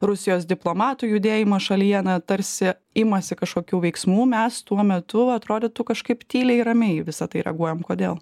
rusijos diplomatų judėjimą šalyje na tarsi imasi kažkokių veiksmų mes tuo metu atrodytų kažkaip tyliai ramiai į visa tai reaguojam kodėl